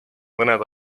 mõned